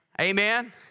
Amen